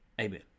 amen